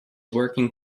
working